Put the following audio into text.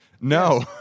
No